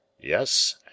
Yes